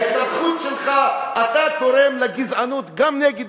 בהשתלחות שלך אתה תורם לגזענות גם נגד